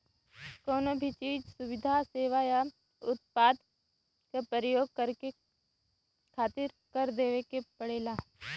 कउनो भी चीज, सुविधा, सेवा या उत्पाद क परयोग करे खातिर कर देवे के पड़ेला